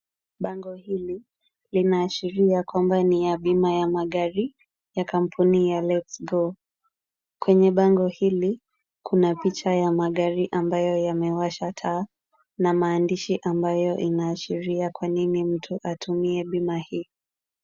Bango hili inaashiria kwamba ni ya bima ya magari ya kampuni ya LetsGo. Kwenye bango hili, kuna picha ya magari ambayo yamewasha taa na maandishi ambayo inaashiria kwanini mtu atumie bima hii.